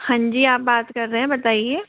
हाँ जी आप बात कर रहे हैं बताइए